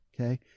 okay